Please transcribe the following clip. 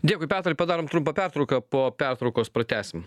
dėkui petrai padarom trumpą pertrauką po pertraukos pratęsim